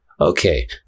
okay